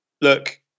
look